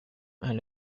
and